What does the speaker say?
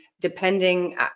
depending